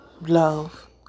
love